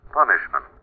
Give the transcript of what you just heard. punishment